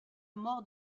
mort